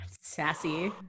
Sassy